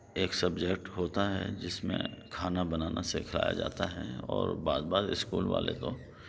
ایک سبجیکٹ ہوتا ہے جس میں کھانا بنانا سکھلایا جاتا ہے اور بعض بعض اسکول والے تو